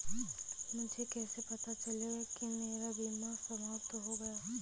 मुझे कैसे पता चलेगा कि मेरा बीमा समाप्त हो गया है?